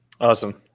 Awesome